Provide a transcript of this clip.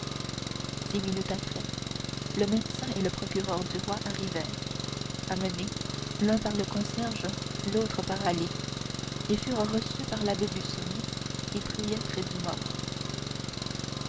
dix minutes après le médecin et le procureur du roi arrivèrent amenés l'un par le concierge l'autre par ali et furent reçus par l'abbé busoni qui priait près du mort